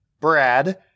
Brad